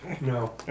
No